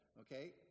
okay